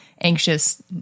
anxious